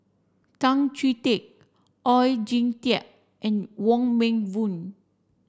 Tan Chee Teck Oon Jin Teik and Wong Meng Voon